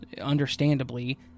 understandably